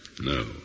No